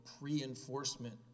pre-enforcement